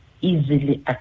easily